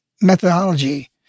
methodology